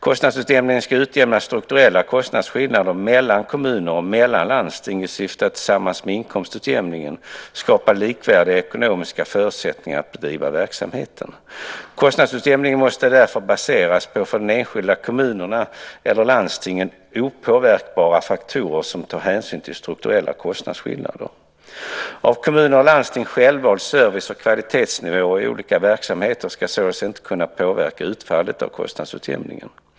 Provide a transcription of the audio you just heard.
Kostnadsutjämningen ska utjämna strukturella kostnadsskillnader mellan kommuner och mellan landsting i syfte att, tillsammans med inkomstutjämningen, skapa likvärdiga ekonomiska förutsättningar att bedriva verksamheten. Kostnadsutjämningen måste därför baseras på för de enskilda kommunerna och landstingen opåverkbara faktorer som tar hänsyn till strukturella kostnadsskillnader. Av kommuner och landsting självvalda service och kvalitetsnivåer i olika verksamheter ska således inte kunna påverka utfallet av kostnadsutjämningen.